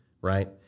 Right